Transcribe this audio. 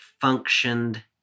functioned